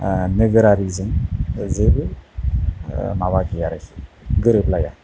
नोगोरारिजों जेबो माबा गैया आरोखि गोरोबलाया